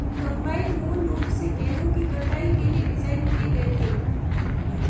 combine मूल रूप से गेहूं की कटाई के लिए डिज़ाइन किए गए थे